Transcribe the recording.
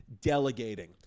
delegating